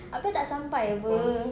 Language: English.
abeh I tak sampai apa